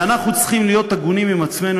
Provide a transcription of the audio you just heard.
ואנחנו צריכים להיות הגונים עם עצמנו,